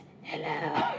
Hello